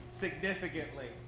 significantly